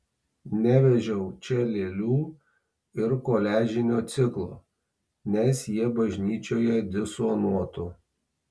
nevežiau čia lėlių ir koliažinio ciklo nes jie bažnyčioje disonuotų